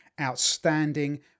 Outstanding